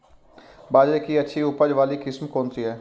बाजरे की अच्छी उपज वाली किस्म कौनसी है?